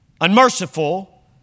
unmerciful